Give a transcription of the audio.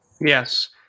Yes